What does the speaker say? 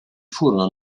furono